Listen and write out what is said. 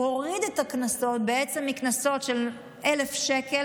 הוא הוריד את הקנסות מקנסות של 1,000 שקל